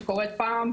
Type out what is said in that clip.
שקורית פעם,